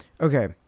Okay